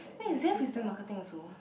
eh Zeff is doing marketing also